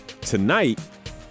Tonight